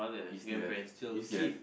do you still have do you still have